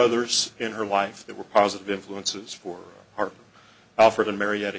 others in her life that were positive influences for our effort in marietta